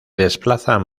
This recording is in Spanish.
desplazan